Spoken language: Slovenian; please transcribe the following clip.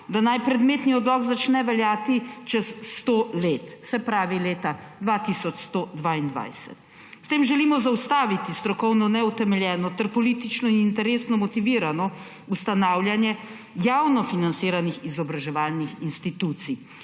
da naj predmetni odlok začne veljati čez 100 let, se pravi leta 2122. S tem želimo zaustaviti strokovno neutemeljeno ter politično in interesno motivirano ustanavljanje javno financiranih izobraževalnih institucij.